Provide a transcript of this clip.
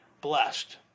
blessed